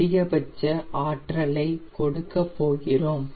அதிகபட்ச ஆற்றலை கொடுக்க போகிறோம்